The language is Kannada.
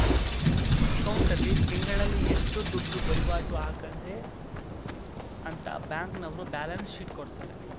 ಅಕೌಂಟ್ ಆಲ್ಲಿ ತಿಂಗಳಲ್ಲಿ ಎಷ್ಟು ದುಡ್ಡು ವೈವಾಟು ಆಗದೆ ಅಂತ ಬ್ಯಾಂಕ್ನವರ್ರು ಬ್ಯಾಲನ್ಸ್ ಶೀಟ್ ಕೊಡ್ತಾರೆ